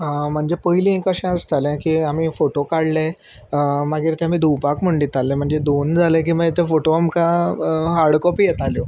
म्हणजे पयलीं कशें आसतालें की आमी फोटो काडले मागीर ते आमी धुवपाक म्हण दिताले म्हणजे धुवन जाले की मागीर ते फोटो आमकां हार्ड कॉपी येताल्यो